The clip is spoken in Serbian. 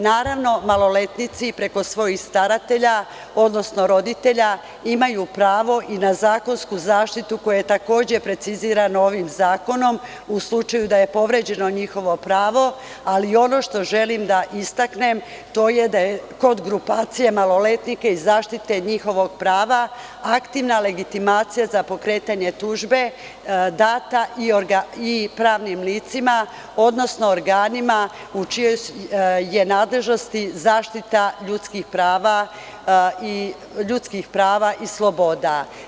Naravno, maloletnici preko svojih staratelja, odnosno roditelja, imaju pravo i na zakonsku zaštitu koja je takođe preciziran ovim zakonom u slučaju da je povređeno njihovo pravo, ali ono što želim da istaknem, to je da je kod grupacije maloletnika i zaštite njihovog prava aktivna legitimacija za pokretanje tužbe data i pravnim licima, odnosno organima u čijoj je nadležnosti zaštita ljudskih prava i sloboda.